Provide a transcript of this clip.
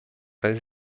weil